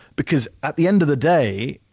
because at the end of the day,